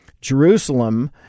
Jerusalem